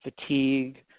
fatigue